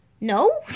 No